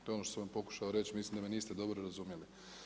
To je ono što sam pokušao reći, mislim da me niste dobro razumjeli.